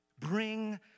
Bring